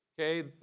Okay